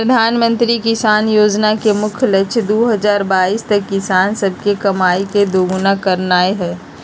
प्रधानमंत्री किसान जोजना के मुख्य लक्ष्य दू हजार बाइस तक किसान सभके कमाइ के दुगुन्ना करनाइ हइ